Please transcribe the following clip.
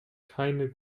keine